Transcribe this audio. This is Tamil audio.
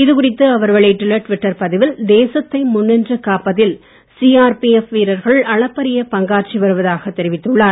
இதுகுறித்து அவர் வெளியிட்டுள்ள டுவிட்டர் பதிவில் தேசத்தை முன் நின்று பாதுகாப்பதில் சிஆர்பிஎப் வீரர்கள் அளப்பறிய பங்காற்றி வருவதாக தெரிவித்துள்ளார்